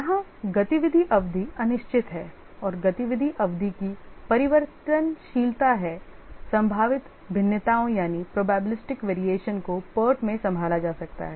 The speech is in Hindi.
यहां गतिविधि अवधि अनिश्चित है और गतिविधि अवधि की परिवर्तनशीलता है संभावित भिन्नताओं यानी probabilistic variations को PERT में संभाला जा सकता है